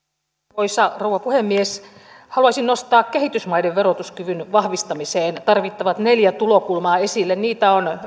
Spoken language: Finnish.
arvoisa rouva puhemies haluaisin nostaa kehitysmaiden verotuskyvyn vahvistamiseen tarvittavat neljä tulokulmaa esille niitä on